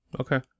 Okay